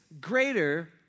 greater